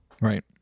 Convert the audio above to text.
right